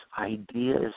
ideas